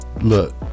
look